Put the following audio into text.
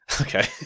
Okay